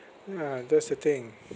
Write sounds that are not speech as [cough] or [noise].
ya that's the thing [noise]